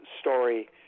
story